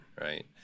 right